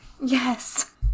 yes